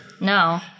No